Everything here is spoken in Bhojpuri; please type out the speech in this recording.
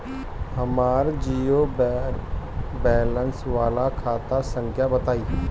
हमर जीरो बैलेंस वाला खाता संख्या बताई?